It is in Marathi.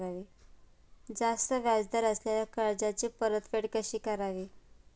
जास्त व्याज दर असलेल्या कर्जाची परतफेड कशी करावी?